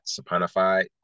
saponified